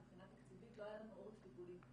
מבחינה תקציבית לא היה לנו עורף טיפולי,